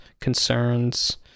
concerns